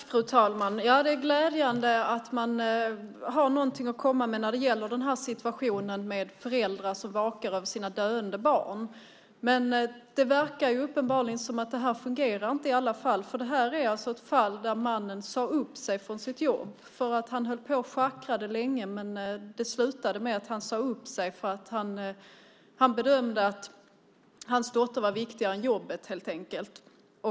Fru talman! Det är glädjande att man har någonting att komma med när det gäller situationen med föräldrar som vakar över sina döende barn. Men det verkar uppenbarligen som att det i alla fall inte fungerar. I det här fallet sade mannen upp sig från sitt jobb. Han höll länge på och schackrade, men det slutade med att han sade upp sig. Han bedömde att hans dotter var viktigare än jobbet.